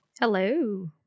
Hello